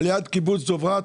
על יד קיבוץ דברת,